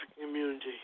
community